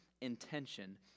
intention